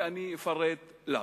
ואני אפרט למה.